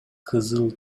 кызыл